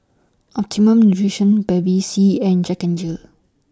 Optimum Nutrition Bevy C and Jack N Jill